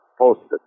posted